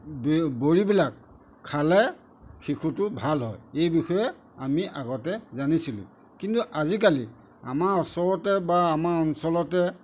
বড়িবিলাক খালে শিশুটো ভাল হয় এই বিষয়ে আমি আগতে জানিছিলোঁ কিন্তু আজিকালি আমাৰ ওচৰতে বা আমাৰ অঞ্চলতে